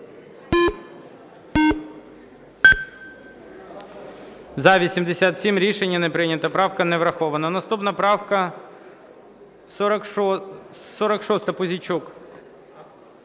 За-87 Рішення не прийнято. Правка не врахована. Наступна правка 46, Пузійчук.